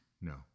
No